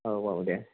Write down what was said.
औ औ दे